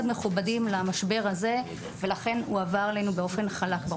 מכובדים למשבר הזה ולכן הוא עבר עלינו באופן חלק.